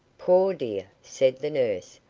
poor dear! said the nurse,